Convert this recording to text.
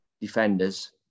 defenders